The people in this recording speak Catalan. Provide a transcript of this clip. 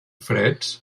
freds